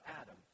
Adam